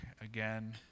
again